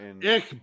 ich